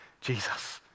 Jesus